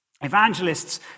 evangelists